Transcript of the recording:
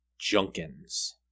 Junkins